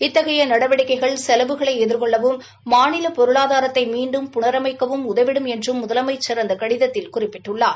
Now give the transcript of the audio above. இத்தகைய நடவடிக்கைகள் செலவுகளை எதிர்கொள்ளவும் மாநில பொருளாதாரத்தை மீண்டும் புனரமைக்கவும் உதவிடும் என்றும் முதுலமைச்ச் அந்த கடிதத்தில் குறிப்பிட்டுள்ளார்